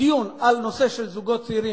דיון על זוגות צעירים,